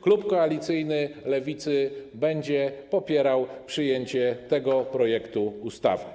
Klub koalicyjny Lewicy będzie popierał przyjęcie tego projektu ustawy.